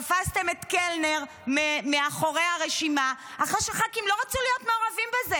תפסתם את קלנר מאחורי הרשימה אחרי שח"כים לא רצו להיות מעורבים בזה,